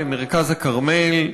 למרכז הכרמל,